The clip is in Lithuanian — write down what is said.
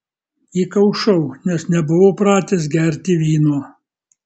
įkaušau nes nebuvau pratęs gerti vyno